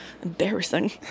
Embarrassing